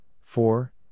four